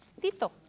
Tito